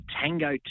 Tango